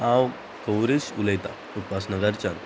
हांव गौरिश उलयतां उपासनगरच्यान